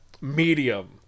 medium